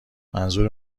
منظور